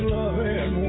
loving